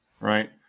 right